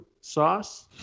sauce